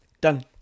done